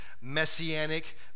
messianic